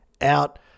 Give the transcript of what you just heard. out